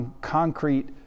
concrete